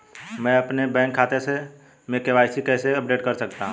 मैं अपने बैंक खाते में के.वाई.सी कैसे अपडेट कर सकता हूँ?